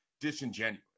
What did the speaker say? disingenuous